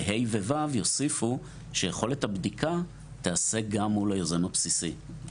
בה' ו-ו' יוסיפו שיכולת הבדיקה תיעשה גם מול היוזם הבסיסי.